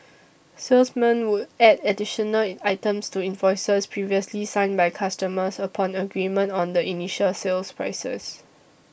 salesmen would add additional items to invoices previously signed by customers upon agreement on the initial sales prices